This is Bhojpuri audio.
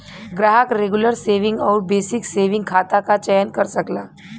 ग्राहक रेगुलर सेविंग आउर बेसिक सेविंग खाता क चयन कर सकला